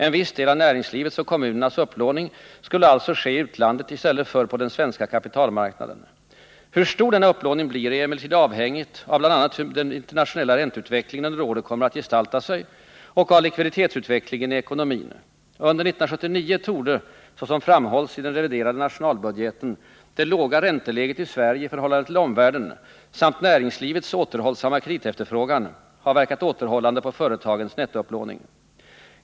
En viss del av näringslivets och kommunernas upplåning skulle alltså ske i utlandet i stället för på den svenska kapitalmarknaden. Hur stor denna upplåning blir är emellertid avhängigt av bl.a. hur den internationella ränteutvecklingen under året kommer att gestalta sig och av likviditetsutvecklingen i ekonomin. Under 1979 torde, såsom framhålls i den reviderade nationalbudgeten, det låga ränteläget i Sverige i förhållande till omvärlden samt näringslivets återhållsamma kreditefterfrågan ha verkat återhållande på företagens nettoupplåning.